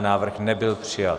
Návrh nebyl přijat.